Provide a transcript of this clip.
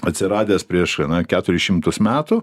atsiradęs prieš na keturis šimtus metų